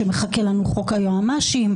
מחכה לנו חוק היועמ"שים,